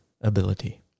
ability